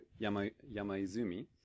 Yamaizumi